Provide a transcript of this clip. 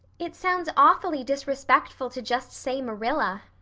it sounds awfully disrespectful to just say marilla,